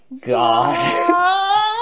god